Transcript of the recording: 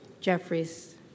Jeffries